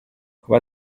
kuba